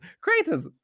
creators